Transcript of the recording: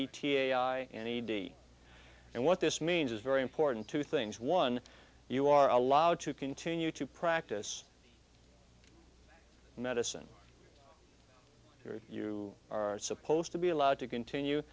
e t a i n e d and what this means is very important two things one you are allowed to continue to practice medicine you are supposed to be allowed to continue